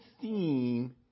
theme